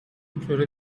دکتره